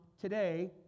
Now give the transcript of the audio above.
today